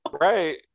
right